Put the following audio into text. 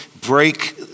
break